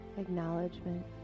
acknowledgement